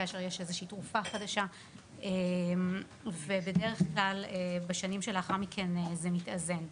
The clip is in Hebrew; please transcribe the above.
כאשר יש תרופה חדשה ובדרך כלל בשנים שלאחר מכן זה מתאזן.